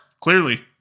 clearly